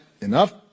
enough